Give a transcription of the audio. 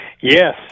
Yes